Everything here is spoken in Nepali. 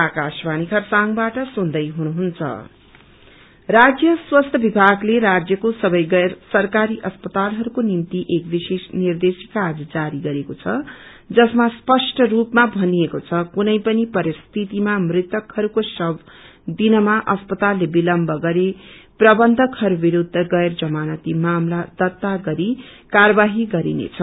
डाइरेक्षान् राज्य स्वास्थ्य विभागते राज्यको सबै गैर सरकारी अस्पतालहरूको निम्ति एक विशेष निर्देशिका आज जारी गरेको छ जसमा स्पष्ट रूपमा भनिएको छ कुनै पनि परिस्थितिमा मृतकहरूको शव दिनमा अस्पतालले विलम्ब गरे प्रबन्धकहरू विरूद्ध गैर जमानती मामला दत्ता गरी कार्येवाही गरीनेछ